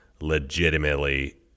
legitimately